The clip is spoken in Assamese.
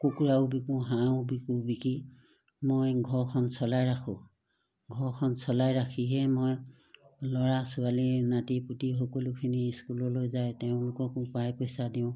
কুকুৰাও বিকোঁ হাঁহো বিকোঁ বিকি মই ঘৰখন চলাই ৰাখোঁ ঘৰখন চলাই ৰাখিহে মই ল'ৰা ছোৱালী নাতি পুতি সকলোখিনি স্কুললৈ যায় তেওঁলোককো পায় পইচা দিওঁ